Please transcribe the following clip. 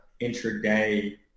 intraday